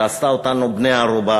שעשתה אותנו בני ערובה.